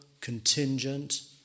contingent